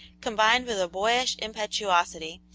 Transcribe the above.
combined with a boyish impetuosity,